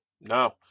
No